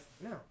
No